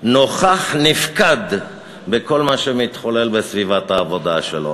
נוכח-נפקד בכל מה שמתחולל בסביבת העבודה שלו.